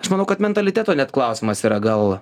aš manau kad mentaliteto net klausimas yra gal